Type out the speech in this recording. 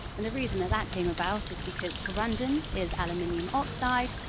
and the reason that that came about is because corundum is aluminium oxide,